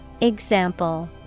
Example